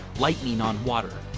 lightning on water,